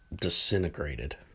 disintegrated